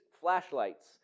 flashlights